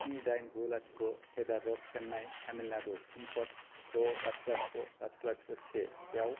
स्नि दाइन गु लाथिख सेड्डार रड चेन्नाइ तामिलनाडु पिनक'ड द लाथिख लाथिख लाथिख लाथिख से बेयाव